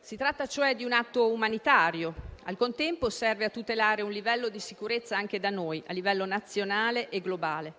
Si tratta, cioè, di un atto umanitario. Al contempo, serve a tutelare un livello di sicurezza anche da noi, sul piano nazionale e globale.